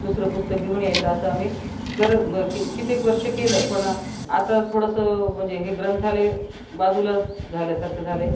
दुसरं पुस्तक घेऊन यायचं असं आम्ही करत ब कितीक वर्ष केलं पण आता थोडंसं म्हणजे हे ग्रंथालय बाजूला झाल्यासारखं झालं आहे